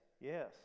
yes